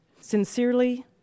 Sincerely